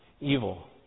Evil